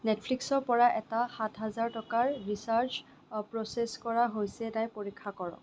নেটফ্লিক্সৰ পৰা এটা সাতহাজাৰ টকাৰ ৰিছাৰ্জ প্ৰ'চেছ কৰা হৈছে নাই পৰীক্ষা কৰক